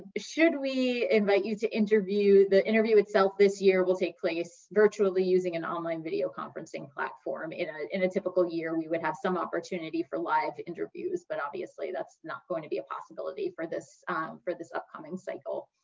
should we invite you to interview, the interview itself this year will take place virtually using an online video conferencing platform. in ah in a typical year, we would have some opportunity for live interviews, but obviously that's not going to be a possibility for this upcoming cycle. upcoming cycle.